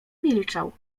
milczał